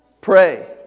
pray